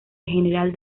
general